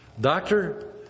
doctor